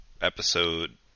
episode